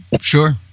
Sure